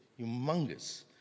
humongous